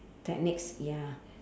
techniques ya